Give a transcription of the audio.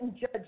judge